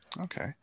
Okay